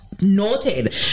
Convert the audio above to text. noted